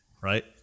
Right